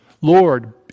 Lord